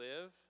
live